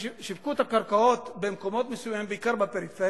שיווקו את הקרקעות במקומות מסוימים בעיקר בפריפריה,